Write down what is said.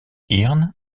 hirn